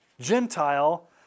Gentile